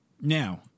Now